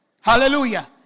Hallelujah